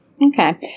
Okay